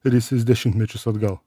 risis dešimtmečius atgal